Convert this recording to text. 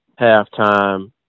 halftime